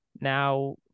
now